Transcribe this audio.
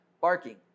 barking